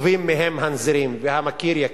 טובים מהם הנזירים, והמכיר יכיר.